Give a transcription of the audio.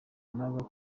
nava